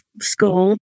school